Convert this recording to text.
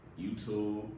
YouTube